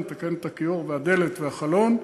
לתקן את הכיור, והדלת והחלון,